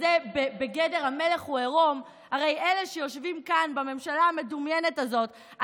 וזה בגדר "המלך הוא עירום" הרי אלה שיושבים כאן בממשלה המדומיינת הזאת,